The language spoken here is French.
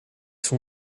son